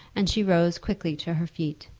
and she rose quickly to her feet.